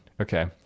Okay